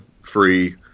free